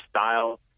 style